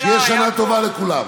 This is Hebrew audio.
שתהיה שנה טובה לכולם.